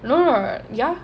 no no no ya